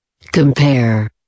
Compare